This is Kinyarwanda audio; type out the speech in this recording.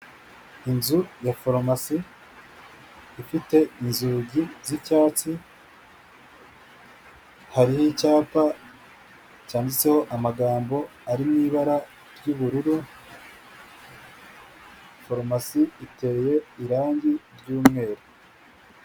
Inzu ya farumasi ifite inzugi z'icyatsi, hariho icyapa cyanditseho amagambo ari mu ibara ry'ubururu, farumasi iteye irangi ry'umweru.